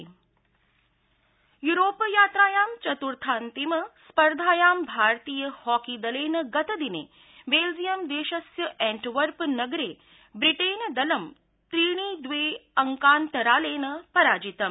hockey Europe यात्रायां चतुर्थान्तिम स्पर्धायां भारतीय हॉकी दलेन गतदिने बेल्जियम देशस्य एंटवर्पनगरे ब्रिटेनदलं त्रीणि द्वे अंकान्तरालेन पराजितम्